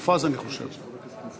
של חבר הכנסת דב חנין וקבוצת חברי הכנסת.